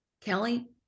Kelly